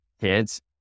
kids